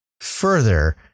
further